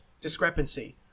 discrepancy